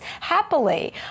happily